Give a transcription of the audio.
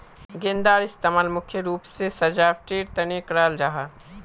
गेंदार इस्तेमाल मुख्य रूप से सजावटेर तने कराल जाहा